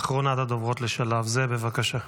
אחרונת הדוברות לשלב זה, בבקשה.